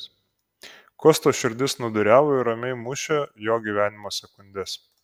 kosto širdis snūduriavo ir ramiai mušė jo gyvenimo sekundes